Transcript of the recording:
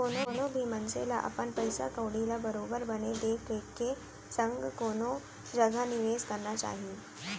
कोनो भी मनसे ल अपन पइसा कउड़ी ल बरोबर बने देख रेख के संग कोनो जघा निवेस करना चाही